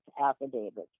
affidavits